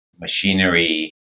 machinery